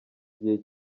gihe